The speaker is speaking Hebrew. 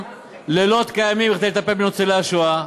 לילות כימים כדי לטפל בניצולי השואה.